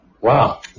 Wow